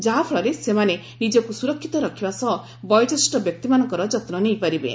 ଯାହାଫଳରେ ସେମାନେ ନିଜକୁ ସୁରକ୍ଷିତ ରଖିବା ସହ ବୟୋଜ୍ୟେଷ୍ଠ ବ୍ୟକ୍ତିମାନଙ୍କର ଯତ୍ନ ନେଇପାରିବେ